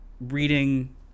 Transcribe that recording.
reading